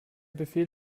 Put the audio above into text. befehl